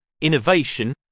innovation